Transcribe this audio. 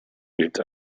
gilt